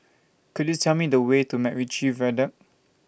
Could YOU Tell Me The Way to Mac Ritchie Viaduct